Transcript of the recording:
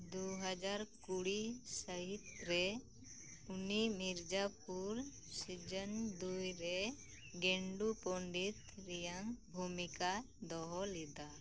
ᱫᱩ ᱦᱟᱡᱟᱨ ᱠᱩᱲᱤ ᱥᱟᱦᱤᱛ ᱨᱮ ᱩᱱᱤ ᱢᱤᱨᱡᱟᱯᱩᱨ ᱥᱤᱡᱚᱱ ᱫᱩᱭ ᱨᱮ ᱜᱮᱱᱰᱩ ᱯᱚᱱᱰᱤᱛ ᱨᱮᱭᱟᱜ ᱵᱷᱩᱢᱤᱠᱟ ᱫᱚᱦᱚ ᱞᱮᱫᱟ